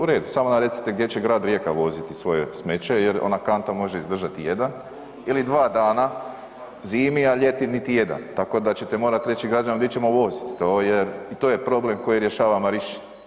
U redu, samo nam recite gdje će grad Rijeka voziti svoje smeće jer ona kanta može izdržati jedan ili dva dana zimi a ljeti niti jedan tako da ćete morat reći građanima di ćemo voziti i to je problem koji rješava Marinščina.